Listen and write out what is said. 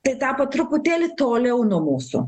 tai tapo truputėlį toliau nuo mūsų